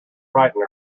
frighten